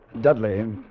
Dudley